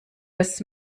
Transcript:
des